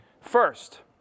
First